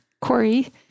Corey